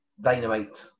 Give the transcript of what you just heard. Dynamite